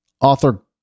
Author